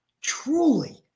Truly